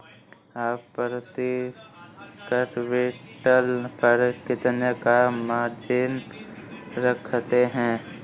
आप प्रति क्विंटल पर कितने का मार्जिन रखते हैं?